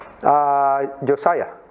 Josiah